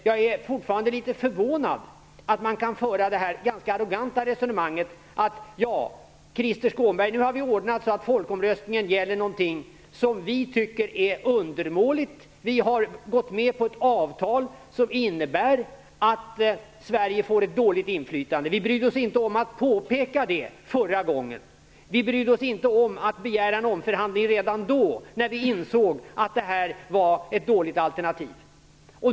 Jag är fortfarande litet förvånad över att man kan föra detta ganska arroganta resonemang: Krister Skånberg, nu har vi ordnat det så att folkomröstningen gäller någonting som vi tycker är undermåligt. Vi har gått med på ett avtal som innebär att Sverige får ett dåligt inflytande. Vi brydde oss inte om att påpeka detta förra gången. Vi brydde oss inte om att begära en omförhandling redan då, när vi insåg att detta var ett dåligt alternativ.